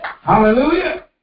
Hallelujah